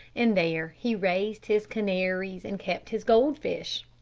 and there he raised his canaries and kept his goldfish.